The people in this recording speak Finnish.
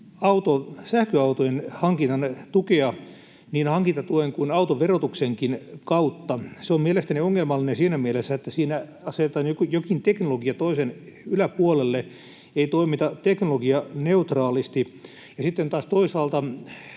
sähköautojen hankinnan tukea niin hankintatuen kuin autoverotuksenkin kautta. Se on mielestäni ongelmallista siinä mielessä, että siinä asetetaan jokin teknologia toisen yläpuolelle, ei toimita teknologianeutraalisti. Ja sitten taas toisaalta